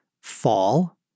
fall